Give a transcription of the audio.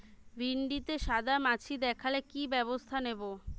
ভিন্ডিতে সাদা মাছি দেখালে কি ব্যবস্থা নেবো?